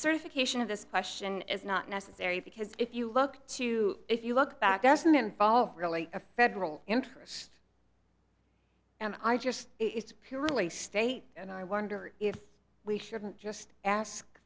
certification of this question is not necessary because if you look to if you look back doesn't involve really a federal interest and i just it's purely state and i wonder if we should just ask